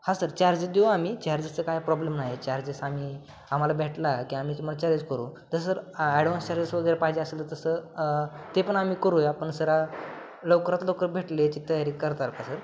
हा sir charges देऊ आम्ही चार्जेसचं काय प्रॉब्लेम नाही चार्जेस आम्ही आम्हाला भेटला की आम्ही तुम्हाला चार्जेस करू जसं सर ॲडवान्स चार्जेस वगैरे पाहिजे असेल तर तसं ते पण आम्ही करूया आपण सर लवकरात लवकर भेटले याची तयारी करतार का सर